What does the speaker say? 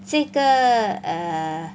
这个 err